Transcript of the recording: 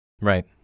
Right